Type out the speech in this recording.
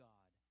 God